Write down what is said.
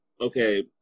okay